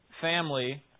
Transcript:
family